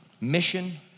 mission